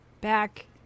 back